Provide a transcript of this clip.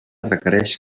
requereix